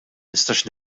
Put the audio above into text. nistax